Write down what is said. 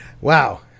Wow